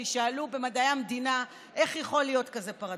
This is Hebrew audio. וישאלו במדעי המדינה איך יכול להיות כזה פרדוקס.